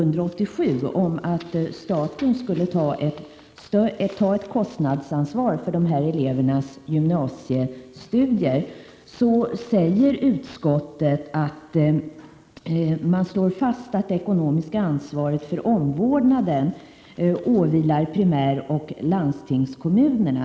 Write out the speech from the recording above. När frågan om att staten skulle ta ett kostnadsansvar för dessa elevers gymnasiestudier behandlades av utskottet och kammaren under riksmötet 1986/87 fastslog utskottet att det ekonomiska ansvaret för omvårdnaden åvilar primäroch landstingskommunerna.